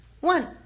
one